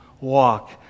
walk